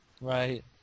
Right